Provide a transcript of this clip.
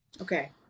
Okay